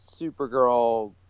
Supergirl